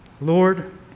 Lord